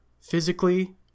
Physically